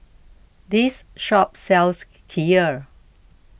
this shop sells Kheer